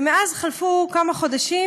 ומאז חלפו כמה חודשים,